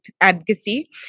advocacy